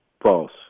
False